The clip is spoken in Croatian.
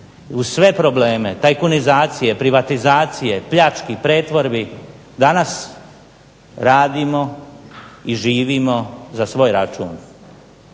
Uz sve probleme, tajkunizacije, privatizacije, pljački, pretvorbi, danas radimo i živimo za svoj račun.